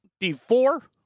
D4